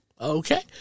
okay